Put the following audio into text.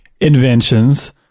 inventions